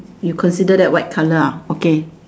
you consider that white color ah okay